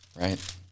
Right